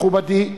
מכובדי,